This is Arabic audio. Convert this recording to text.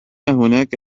هناك